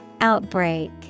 Outbreak